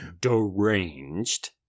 deranged